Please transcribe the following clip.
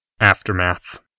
Aftermath